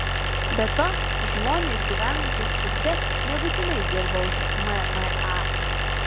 be to žmonės gyvenantys skurde nebūtinai dirba už mma